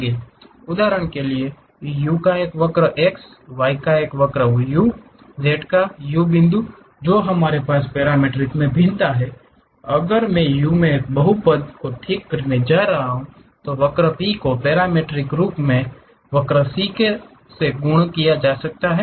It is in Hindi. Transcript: उदाहरण के लिए u का एक वक्र x y का u z का u बिंदु जो हमारे पास पैरामीट्रिक भिन्नता मे है अगर मैं u में एक बहुपद को ठीक करने जा रहा हूं तो वक्र P को पैरामीट्रिक रूप में वक्र ck से गुणा किया जा सकता है